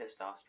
testosterone